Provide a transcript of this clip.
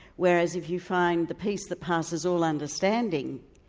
whereas if you find the peace that passes all understanding,